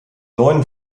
neuen